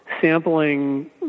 sampling